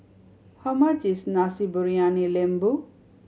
how much is Nasi Briyani Lembu